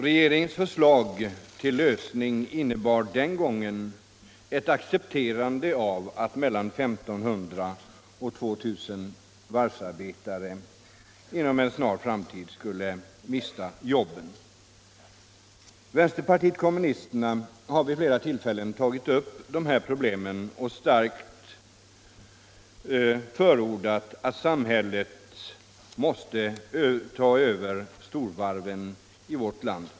Regeringens förslag till lösning innebar den gången ett accepterande av att mellan 1 500 och 2000 varvsarbetare inom en snar framtid skulle mista sina jobb. Vänsterpartiet kommunisterna har vid flera tillfällen tagit upp dessa problem och starkt förordat att samhället skall ta över storvarven i vårt land.